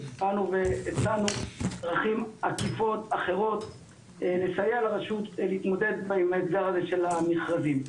הצענו דרכים עקיפות אחרות לסייע לרשות להתמודד עם האתגר הזה של המכרזים.